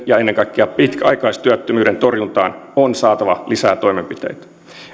ja ennen kaikkea pitkäaikaistyöttömyyden torjuntaan on saatava lisää toimenpiteitä